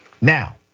Now